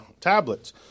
tablets